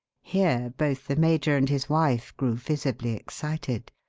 here both the major and his wife grew visibly excited.